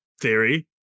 theory